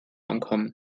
ankommen